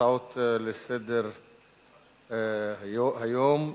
הצעות לסדר-היום מס'